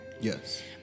yes